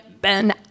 ben